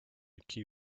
key